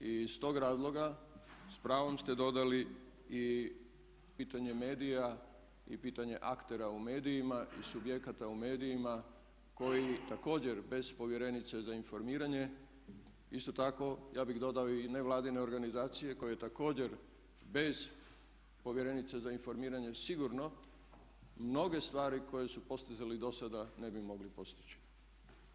I iz tog razloga s pravom ste dodali i pitanje medija i pitanje aktera u medijima i subjekata u medijima koji također bez povjerenice za informiranje isto tako ja bih dodao i nevladine organizacije koje također bez povjerenice za informiranje sigurno mnoge stvari koje su postizali do sada ne bi mogli postići.